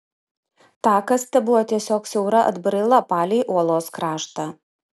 takas tebuvo tiesiog siaura atbraila palei uolos kraštą